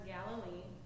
Galilee